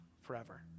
forever